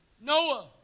Noah